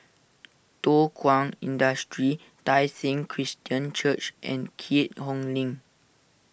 Thow Kwang Industry Tai Seng Christian Church and Keat Hong Link